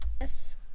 Yes